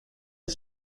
are